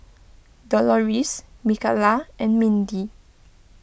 Doloris Mikalah and Mindi